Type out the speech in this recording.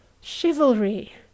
chivalry